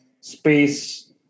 space